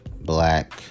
black